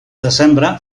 desembre